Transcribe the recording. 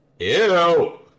Ew